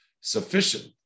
sufficient